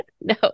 No